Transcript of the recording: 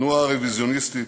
התנועה הרוויזיוניסטית: